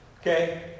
Okay